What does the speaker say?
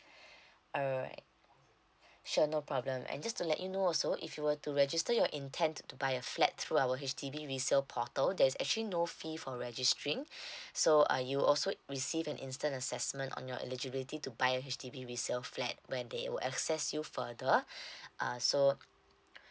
alright sure no problem and just to let you know also if you will to register your intend to buy a flat through our H_D_B resale portal there's actually no fee for registering so uh you also receive an instant assessment on your eligibility to buy a H_D_B resale flat but they will access you further uh so